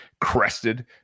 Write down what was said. crested